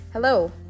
Hello